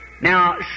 Now